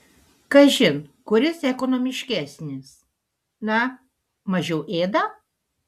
kažin kuris ekonomiškesnis na mažiau ėda